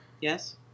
Yes